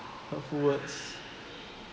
hurtful words